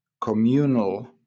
communal